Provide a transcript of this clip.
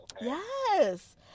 Yes